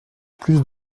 plus